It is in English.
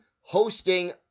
hosting